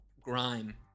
grime